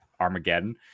Armageddon